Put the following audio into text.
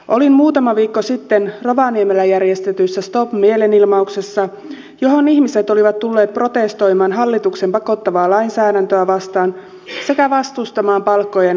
olin muutama viikko sitten rovaniemellä järjestetyssä stop mielenilmauksessa johon ihmiset olivat tulleet protestoimaan hallituksen pakottavaa lainsäädäntöä vastaan sekä vastustamaan palkkojen leikkauksia